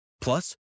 Plus